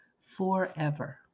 forever